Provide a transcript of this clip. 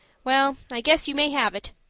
well, i guess you may have it.